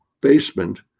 basement